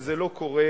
וזה לא קורה,